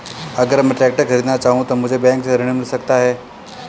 अगर मैं ट्रैक्टर खरीदना चाहूं तो मुझे बैंक से ऋण मिल सकता है?